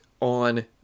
on